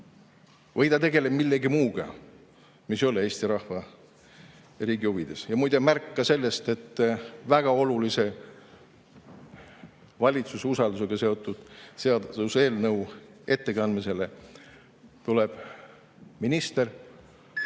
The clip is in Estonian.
Või ta tegeleb millegi muuga, mis ei ole Eesti rahva ja riigi huvides. Ja muide, märk on ka see, et väga olulise valitsuse usaldusega seotud seaduseelnõu ettekandmisele tuleb minister.